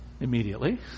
immediately